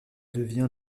devient